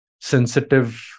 sensitive